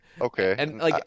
okay